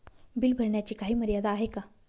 Bill भरण्याची काही मर्यादा आहे का?